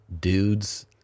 dudes